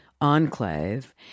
enclave